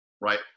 right